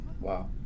Wow